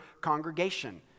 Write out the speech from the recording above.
congregation